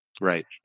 Right